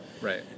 Right